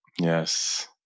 Yes